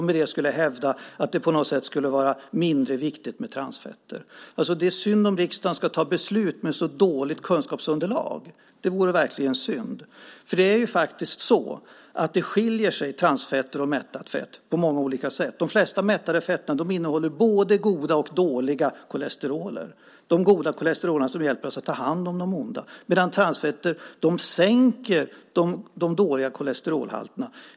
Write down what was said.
Med det vill han på något sätt hävda att det skulle vara mindre viktigt med transfetter. Det är synd om riksdagen ska fatta beslut med så dåligt kunskapsunderlag. Det vore verkligen synd. Transfetter och mättat fett skiljer sig på många olika sätt. De flesta mättade fetterna innehåller både goda och dåliga kolesteroler. De goda kolesterolerna hjälper oss att ta hand om de onda. Transfetter sänker de dåliga kolesterolhalterna.